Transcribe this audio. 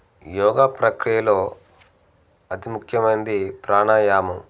యోగా ప్రక్రియలో అతి ముఖ్యమైనది ప్రాణాయామం